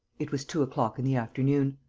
it was two o'clock in the afternoon.